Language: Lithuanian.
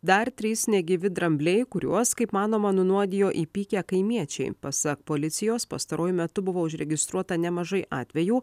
dar trys negyvi drambliai kuriuos kaip manoma nunuodijo įpykę kaimiečiai pasak policijos pastaruoju metu buvo užregistruota nemažai atvejų